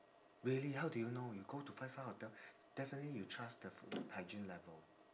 really how do you know you go to five star hotel definitely you trust the food hygiene level